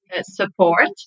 support